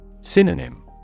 Synonym